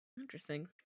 Interesting